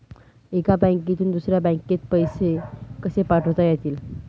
एका बँकेतून दुसऱ्या बँकेत पैसे कसे पाठवता येतील?